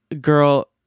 girl